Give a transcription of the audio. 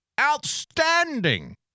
Outstanding